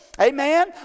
Amen